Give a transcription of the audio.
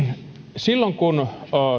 silloin kun